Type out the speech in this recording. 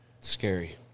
Scary